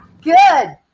Good